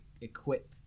equip